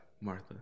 Martha